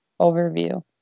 overview